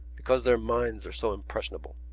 because their minds are so impressionable.